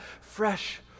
fresh